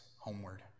homeward